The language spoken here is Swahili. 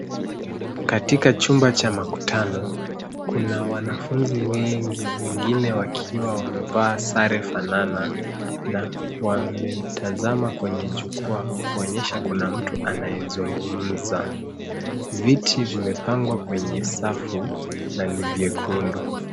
Katika chumba cha makutano, kuna wanafunzi wengi, wengine wakiwa wamevaa sare fanana na wametazama kwenye jukwaa, kuonyesha kuna mtu anayezungumza. Viti vimepangwa kwenye safu na ni vyekundu.